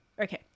okay